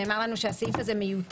נאמר לנו שהסעיף הזה מיותר,